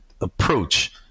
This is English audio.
approach